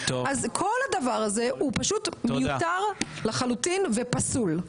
אז כל הדבר הזה הוא פשוט מיותר לחלוטין ופסול.